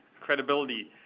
credibility